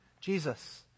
Jesus